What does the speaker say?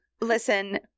listen